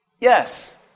yes